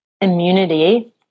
immunity